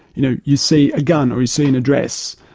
you know you see a gun, or you see an address,